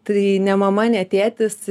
tai ne mama ne tėtis